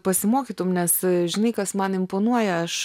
pasimokytum nes žinai kas man imponuoja aš